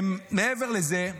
מעבר לזה,